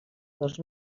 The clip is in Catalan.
dos